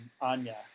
Anya